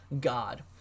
God